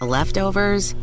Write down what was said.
leftovers